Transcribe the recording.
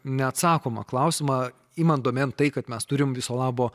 neatsakomą klausimą imant domėn tai kad mes turim viso labo